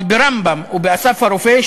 אבל ברמב"ם או ב"אסף הרופא",